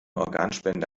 organspende